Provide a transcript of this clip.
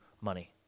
money